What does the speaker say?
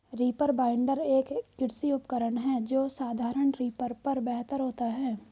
reaper binder, एक कृषि उपकरण है जो साधारण रीपर पर बेहतर होता है